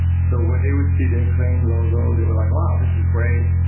so when they would see the acclaim logo, they were like, wow, this is great.